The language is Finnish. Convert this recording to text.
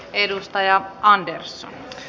arvoisa puhemies